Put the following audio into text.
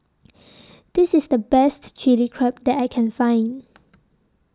This IS The Best Chilli Crab that I Can Find